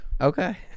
Okay